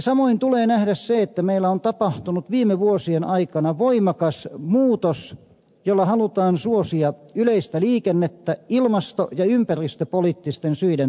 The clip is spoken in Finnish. samoin tulee nähdä se että meillä on tapahtunut viime vuosien aikana voimakas muutos jolla halutaan suosia yleistä liikennettä ilmasto ja ympäristöpoliittisten syiden takia